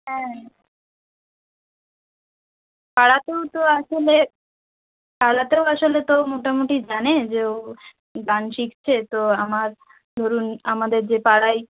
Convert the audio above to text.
হ্যাঁ পাড়াতেও তো আসলে পাড়াতেও আসলে তো মোটামুটি জানে যে ও গান শিখছে তো আমার ধরুন আমাদের যে পাড়ায়